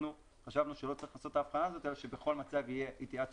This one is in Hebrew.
אנחנו חשבנו שלא צריך לעשות את ההבחנה הזאת אלא שבכל מצב תהיה התייעצות.